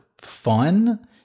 fun